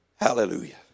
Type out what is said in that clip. hallelujah